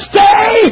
Stay